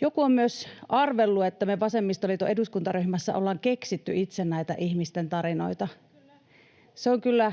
Joku on myös arvellut, että me vasemmistoliiton eduskuntaryhmässä olemme keksineet itse näitä ihmisten tarinoita. Se on kyllä